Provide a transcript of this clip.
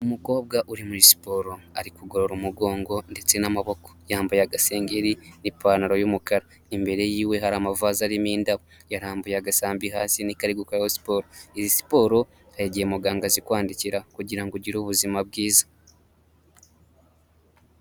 Umukobwa uri muri siporo. Ari kugorora umugongo ndetse n'amaboko. Yambaye agasengeri n'ipantaro y'umukara. Imbere yiwe hari amavaze arimo indabo. Yarambuye agasambi hasi ni ka ari gukoreraho siporo. Iyi siporo hari igiye muganga ayikwandikira kugira ngo ugire ubuzima bwiza.